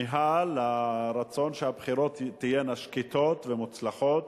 הכמיהה, הרצון, שהבחירות תהיינה שקטות ומוצלחות.